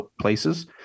places